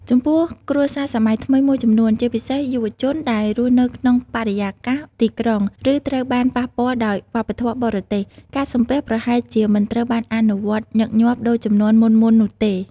ចំពោះគ្រួសារសម័យថ្មីមួយចំនួន ជាពិសេសយុវជនដែលរស់នៅក្នុងបរិយាកាសទីក្រុង ឬត្រូវបានប៉ះពាល់ដោយវប្បធម៌បរទេស ការសំពះប្រហែលជាមិនត្រូវបានអនុវត្តញឹកញាប់ដូចជំនាន់មុនៗនោះទេ។